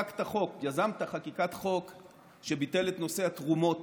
יזמת חקיקת חוק שביטל את נושא התרומות